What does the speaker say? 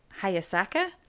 Hayasaka